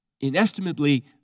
Inestimably